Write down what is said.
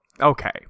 Okay